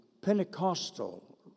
Pentecostal